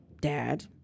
dad